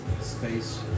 space